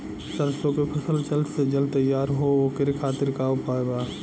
सरसो के फसल जल्द से जल्द तैयार हो ओकरे खातीर का उपाय बा?